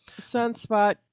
Sunspot